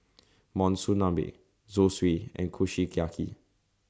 Monsunabe Zosui and Kushiyaki